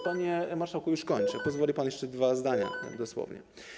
Panie marszałku, już kończę - pozwoli pan, jeszcze dwa zdania dosłownie.